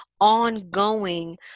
ongoing